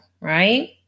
right